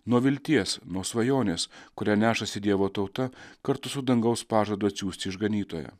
nuo vilties nuo svajonės kurią nešasi dievo tauta kartu su dangaus pažadu atsiųsti išganytoją